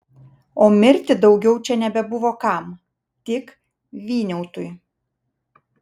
o mirti daugiau čia nebebuvo kam tik vyniautui